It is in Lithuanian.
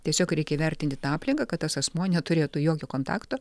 tiesiog reikia įvertinti tą aplinką kad tas asmuo neturėtų jokio kontakto